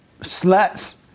sluts